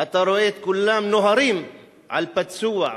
אתה רואה את כולם נוהרים על פצוע,